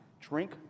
drink